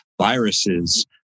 viruses